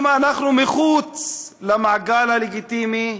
אם אנחנו מחוץ למעגל הלגיטימי,